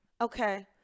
okay